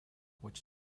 which